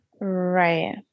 right